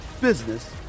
business